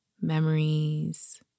memories